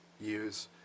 use